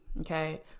Okay